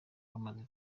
wamaze